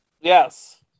Yes